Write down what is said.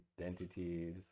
identities